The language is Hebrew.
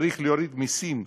צריך להוריד מסים,